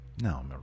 No